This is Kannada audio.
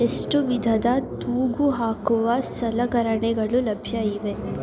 ಎಷ್ಟು ವಿಧದ ತೂಗು ಹಾಕುವ ಸಲಕರಣೆಗಳು ಲಭ್ಯ ಇವೆ